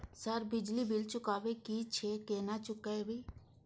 Sir बिजली bill चुकाबे की छे केना चुकेबे?